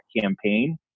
campaign